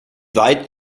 weit